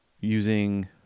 using